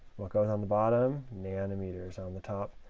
what goes on the bottom? nanometers. on the top,